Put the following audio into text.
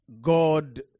God